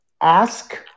Ask